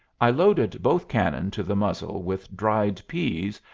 i loaded both cannon to the muzzle with dried pease,